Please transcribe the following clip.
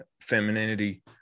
femininity